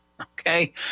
Okay